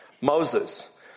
Moses